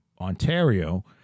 Ontario